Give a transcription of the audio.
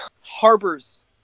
harbors